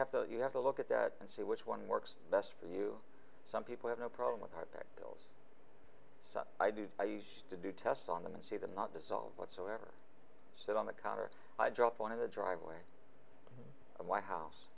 have to you have to look at that and see which one works best for you some people have no problem with our part bill so i do i used to do tests on them and see them not dissolved whatsoever so on the counter i dropped one of the driveway of white house